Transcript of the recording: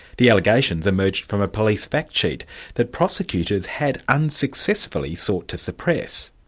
the allegations emerged from a police fact sheet that prosecutors had unsuccessfully sought to suppress.